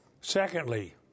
secondly